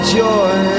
joy